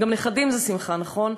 גם נכדים זה שמחה, נכון?